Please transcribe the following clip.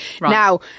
Now